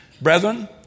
brethren